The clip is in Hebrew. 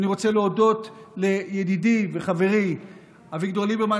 ואני רוצה להודות לידידי ולחברי אביגדור ליברמן,